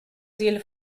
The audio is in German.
seele